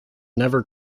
never